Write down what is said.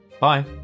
bye